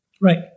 Right